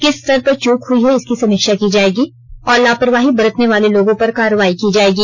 किस स्तर पर चूक हुई है इसकी समीक्षा की जाएगी और लापरवाही बरतने वाले लोगों पर कार्रवाई की जाएगी